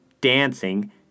dancing